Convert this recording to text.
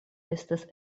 estas